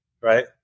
right